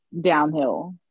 downhill